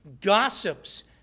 gossips